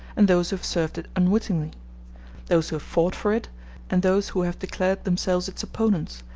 and those who have served it unwittingly those who have fought for it and those who have declared themselves its opponents,